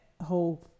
whole